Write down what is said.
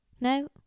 No